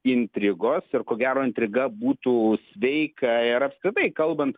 intrigos ir ko gero intriga būtų sveika ir apskritai kalbant